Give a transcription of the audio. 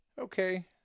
Okay